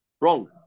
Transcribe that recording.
Wrong